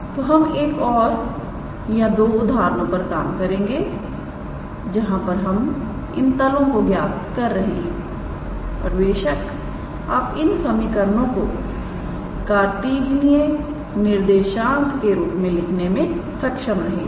तो हम एक या दो उदाहरणों पर काम करेंगे जहां पर हम इन तलों को ज्ञात कर रहे हैं और बेशक आप इन समीकरणों को कार्तिजीयन निर्देशक के रूप में लिखने में सक्षम रहेंगे